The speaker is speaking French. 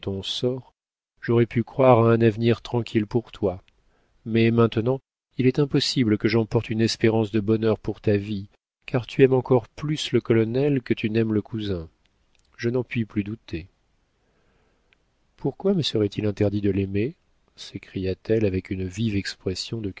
sort j'aurais pu croire à un avenir tranquille pour toi mais maintenant il est impossible que j'emporte une espérance de bonheur pour ta vie car tu aimes encore plus le colonel que tu n'aimes le cousin je n'en puis plus douter pourquoi me serait-il interdit de l'aimer s'écria-t-elle avec une vive expression de